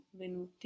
venuti